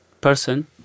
person